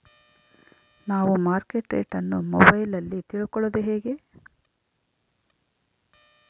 ನಾವು market rate ಅನ್ನು ಮೊಬೈಲಲ್ಲಿ ತಿಳ್ಕಳೋದು ಹೇಗೆ?